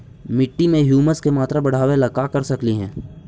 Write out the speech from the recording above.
मिट्टी में ह्यूमस के मात्रा बढ़ावे ला का कर सकली हे?